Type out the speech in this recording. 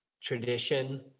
tradition